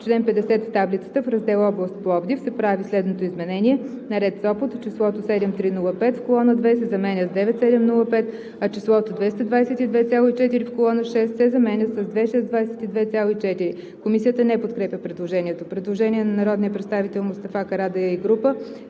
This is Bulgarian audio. чл. 50 в таблицата, в Раздел „област Пловдив“ се прави следното изменение: На ред „Сопот“ числото „7305,0“ в колона 2 се заменя с „9705,0“, а числото „222,4“ в колона 6 се заменя с „2622,4“.“ Комисията не подкрепя предложението. Предложение на народния